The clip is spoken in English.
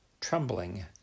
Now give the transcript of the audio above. trembling